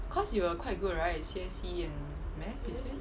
cause you were quite good right C_S_E and math is it